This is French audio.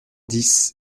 dix